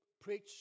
preach